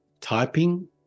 typing